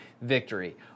victory